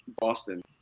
Boston